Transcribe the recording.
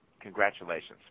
Congratulations